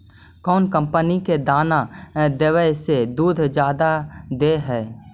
कौन कंपनी के दाना देबए से दुध जादा दे है?